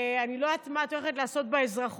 אני לא יודעת מה את הולכת לעשות באזרחות,